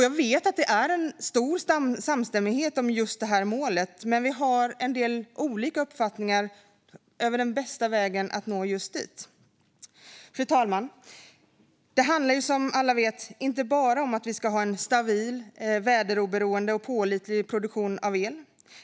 Jag vet att det är stor samstämmighet om just det målet, men vi har en hel del olika uppfattningar om bästa vägen dit. Fru talman! Det handlar som alla vet inte bara om att vi ska ha en stabil, väderoberoende och pålitlig produktion av el.